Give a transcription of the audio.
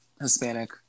Hispanic